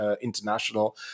international